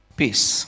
peace